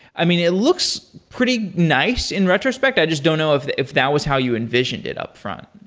i mean, it looks pretty nice in retrospect. i just don't know if if that was how you envisioned it upfront